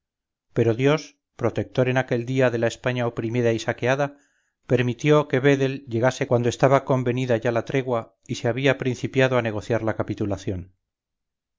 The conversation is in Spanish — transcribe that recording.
pero dios protector en aquel día de la españa oprimiday saqueada permitió que vedel llegase cuando estaba convenida ya la tregua y se había principiado a negociar la capitulación